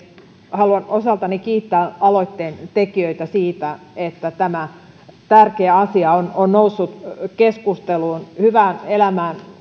haluan osaltani kiittää aloitteen tekijöitä siitä että tämä tärkeä asia on on noussut keskusteluun hyvään elämään